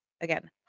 Again